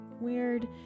weird